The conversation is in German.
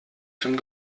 zum